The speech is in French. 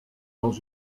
dans